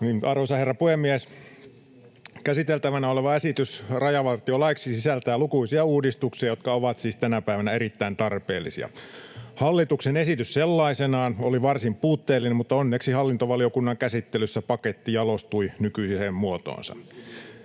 Arvoisa herra puhemies! Käsiteltävänä oleva esitys rajavartiolaiksi sisältää lukuisia uudistuksia, jotka ovat siis tänä päivänä erittäin tarpeellisia. Hallituksen esitys sellaisenaan oli varsin puutteellinen, mutta onneksi hallintovaliokunnan käsittelyssä paketti jalostui nykyiseen muotoonsa.